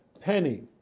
penny